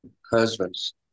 husbands